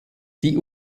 die